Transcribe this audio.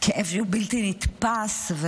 כאב שהוא בלתי נתפס.